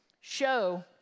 show